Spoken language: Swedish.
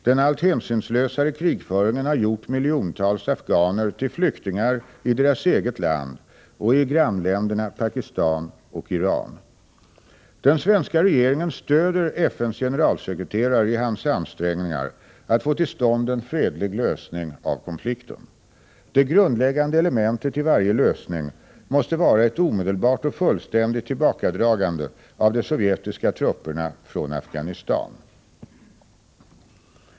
Den allt hänsynslösare krigföringen har gjort miljontals afghaner till flyktingar i deras eget land och i grannländerna Pakistan och Iran. Den svenska regeringen stöder FN:s generalsekreterare i hans ansträngningar att få till stånd en fredlig lösning av konflikten. Det grundläggande elementet i varje lösning måste vara ett omedelbart och fullständigt tillbakadragande av de sovjetiska trupperna från Afghanistan.